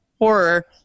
Horror